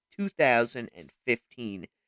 2015